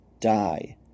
die